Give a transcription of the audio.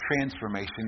transformation